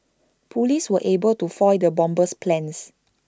Police were able to foil the bomber's plans